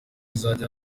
izajya